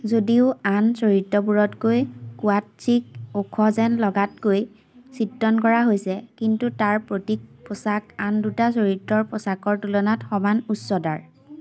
যদিও আন চৰিত্ৰবোৰতকৈ কুৱাটচিক ওখ যেন লগাকৈ চিত্ৰন কৰা হৈছে কিন্তু তাৰ প্ৰতীক পোচাক আন দুটা চৰিত্ৰৰ পোচাকৰ তুলনাত সমান উচ্চতাৰ